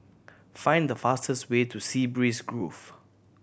find the fastest way to Sea Breeze Grove